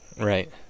right